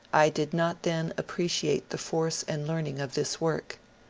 i did not then appreciate the force and learn ing of this work.